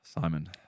Simon